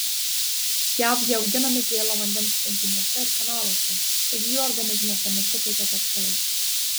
jav jie auginami gėlo vandens tvenkiniuose ir kanaluose taigi jų organizmuose nesikaupia teršalai